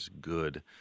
good